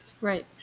Right